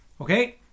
Okay